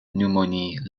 pneumonie